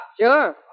Sure